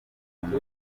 bitaro